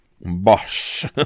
bosh